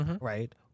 Right